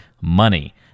money